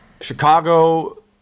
Chicago